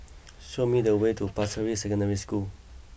show me the way to Pasir Ris Secondary School